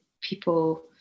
people